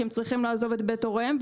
כי הם צריכים לעזוב את בית הוריהם.